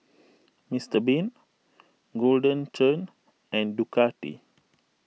Mister Bean Golden Churn and Ducati